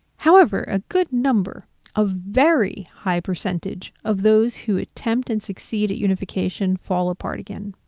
however, a good number of very high percentage, of those who attempt and succeed at unification fall apart again.